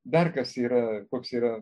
dar kas yra koks yra